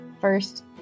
first